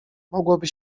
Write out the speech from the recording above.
mogłoby